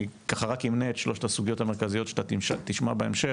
אני אמנה את שלוש הסוגיות שאתה תשמע בהמשך.